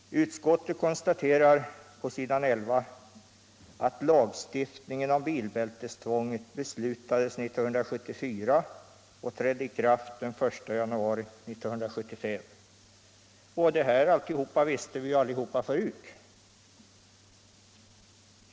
Utskottet konstaterar på s. 11 att lagstiftningen om bilbältestvånget beslutades 1974 och trädde i kraft den 1 januari 1975. Det är allt, och det visste vi ju alla förut.